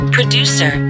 Producer